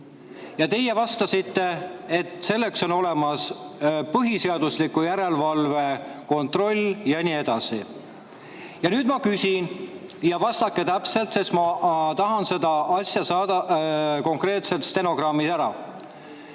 Ja teie vastasite, et selleks on olemas põhiseaduslikkuse järelevalve kontroll, ja nii edasi. Ja nüüd ma küsin. Ja vastake täpselt, sest ma tahan seda asja konkreetselt stenogrammi saada.